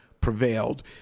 prevailed